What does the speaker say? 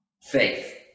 faith